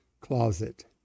closet